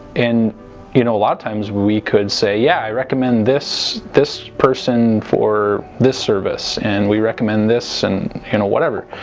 in you know a lot of times we could say yeah i recommend this this person for this service and we recommend this and you know whatever